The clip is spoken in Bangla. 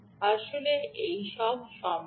আসলে এই সব সম্ভব